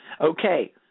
Okay